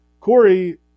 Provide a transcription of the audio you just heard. Corey